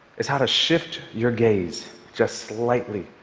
is how to shift your gaze just slightly,